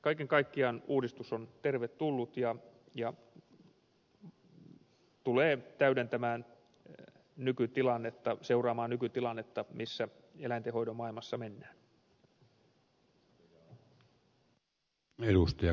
kaiken kaikkiaan uudistus on tervetullut ja tulee täydentämään nykytilannetta seuraamaan nykytilannetta missä eläintenhoidon maailmassa mennään